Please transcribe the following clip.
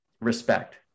respect